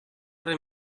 res